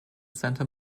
santa